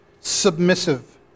submissive